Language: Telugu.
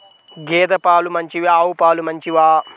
గేద పాలు మంచివా ఆవు పాలు మంచివా?